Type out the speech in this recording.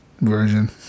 version